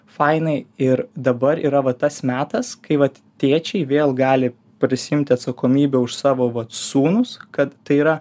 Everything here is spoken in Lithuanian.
fainai ir dabar yra va tas metas kai vat tėčiai vėl gali prisiimti atsakomybę už vat savo sūnus kad tai yra